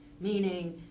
meaning